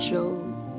Joe